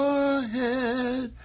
ahead